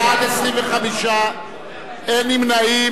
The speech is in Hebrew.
מי נמנע?